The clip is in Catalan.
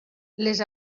les